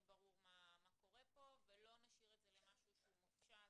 ברור מה קורה פה ולא נשאיר את זה למשהו שהוא מופשט,